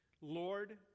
Lord